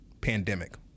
pandemic